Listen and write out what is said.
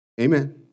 Amen